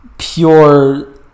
pure